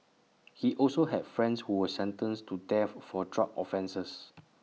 he also had friends who were sentenced to death for drug offences